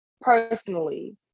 personally